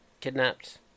kidnapped